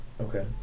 Okay